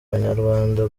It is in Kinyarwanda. abanyarwanda